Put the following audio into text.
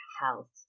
health